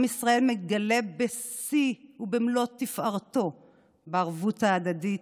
עם ישראל מתגלה בשיאו ובמלוא תפארתו בערבות ההדדית,